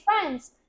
friends